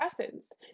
essence